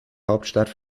hauptstadt